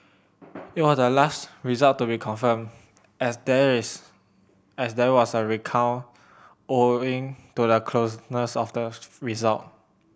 it was the last result to be confirmed as there is as there was a recount owing to the closeness of the result